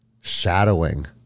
shadowing